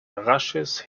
rasches